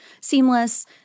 seamless